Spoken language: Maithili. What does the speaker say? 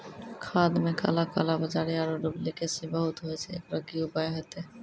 खाद मे काला कालाबाजारी आरु डुप्लीकेसी बहुत होय छैय, एकरो की उपाय होते?